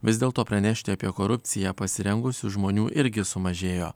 vis dėl to pranešti apie korupciją pasirengusių žmonių irgi sumažėjo